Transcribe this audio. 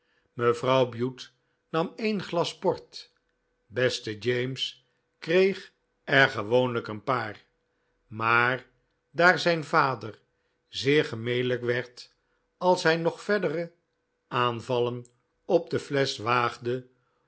mevrouw bute nam een glas port beste james kreeg er gewoonlijk een paar maar daar zijn vader zeer gemelijk werd als hij nog verdere aanvallen op de flesch